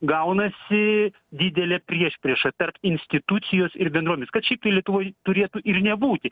gaunasi didelė priešprieša tarp institucijos ir bendruomenės kad šiaip tai lietuvoj turėtų ir nebūti